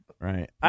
right